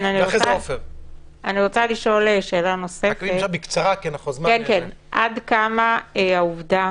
אני רוצה לשאול עד כמה העובדה